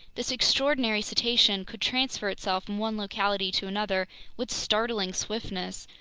this extraordinary cetacean could transfer itself from one locality to another with startling swiftness,